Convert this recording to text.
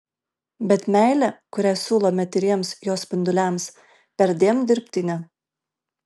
bet meilė kurią siūlome tyriems jo spinduliams perdėm dirbtinė